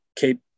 keep